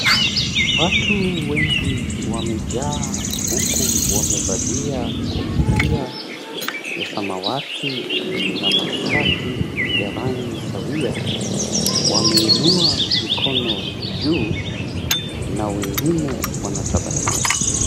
Watu wengi wamejaa huku wamevalia kofia ya samawati na mashati ya rangi sawia. Wameinua mikono juu na wengine wanatabasamu.